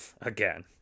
Again